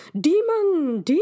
demon